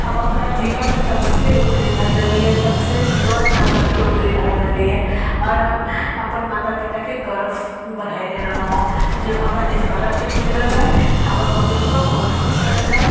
हम अपना जिला मे सबसे उत्तीर्ण हो रहलिए सबसे नओम नम्बर पर उत्तीर्ण हो रहलिए आओर हम अपन माता पिता के गौरव बढ़ेले रहलहुॅं हँ जब हमरा स्कालरशिप मिलल रहय हमर मम्मी पप्पा बहुत खुश होल रहै